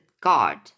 god